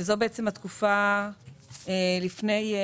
שזאת התקופה לפני